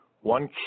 one